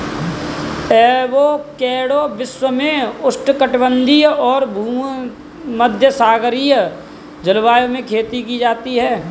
avocado विश्व में उष्णकटिबंधीय और भूमध्यसागरीय जलवायु में खेती की जाती है